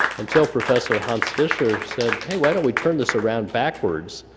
until professor hanns fischer said, hey, why don't we turn this around backwards,